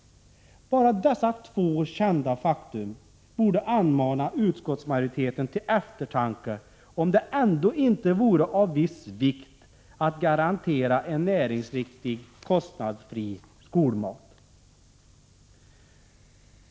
Bara dessa två kända fakta borde mana utskottsmajoriteten till eftertanke, om det ändå inte vore av viss vikt att garantera en näringsriktig kostnadsfri skolmat.